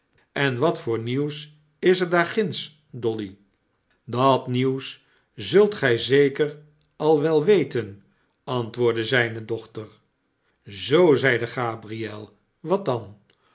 en wat voor nieuws is er daar ginds dolly dat nieuws zult gij zeker al wel weten antwoordde zijne dochter zoo zeide gabriel wat dan